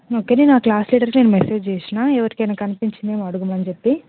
okay నేను ఆ class లీడర్కి నేను మెసేజ్ చేసినా ఎవరికైనా కనిపించిందేమో అడగమని చెప్పి